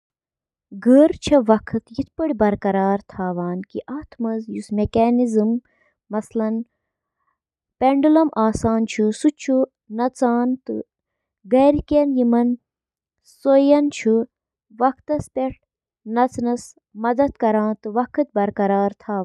Skin ہٕنٛدیٚن طرفن چھِ لٔٹہِ آسان، یتھ ریڈنگ تہِ ونان چھِ، واریاہو وجوہاتو کِنۍ، یتھ منٛز شٲمِل چھِ: جعل سازی تہٕ کلپنگ رُکاوٕنۍ، بوزنہٕ یِنہٕ والیٚن ہٕنٛز مدد، لباس کم کرُن تہٕ باقی۔